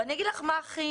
אני אגיד לך מה הכי